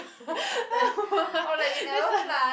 that's what